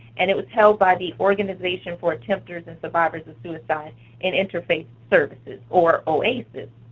and it was held by the organization for attempters and survivors of suicide and interfaith services, or oasis.